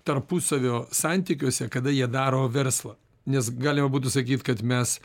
tarpusavio santykiuose kada jie daro verslą nes galima būtų sakyt kad mes